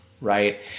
Right